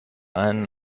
einen